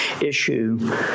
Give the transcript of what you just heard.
issue